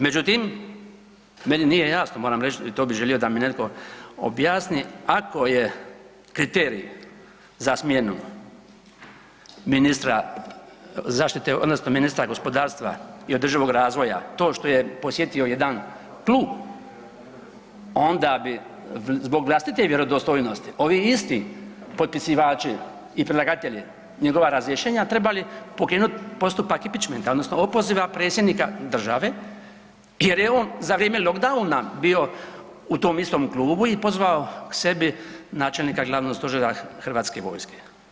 Međutim, meni nije jasno moram reć i to bi želio da mi netko objasni, ako je kriterij za smjenu ministra zaštite odnosno ministra gospodarstva i održivog razvoja to što je posjetio jedan klub onda bi zbog vlastite vjerodostojnosti ovi isti potpisivači i predlagatelji njegova razrješenja trebali pokrenuti postupak … [[Govornik se ne razumije]] opoziva predsjednika države jer je on za vrijeme lockdowna bio u tom istom klubu i pozvao k sebi načelnika glavnog stožera HV-a.